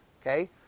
Okay